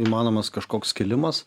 įmanomas kažkoks kilimas